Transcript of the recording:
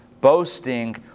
boasting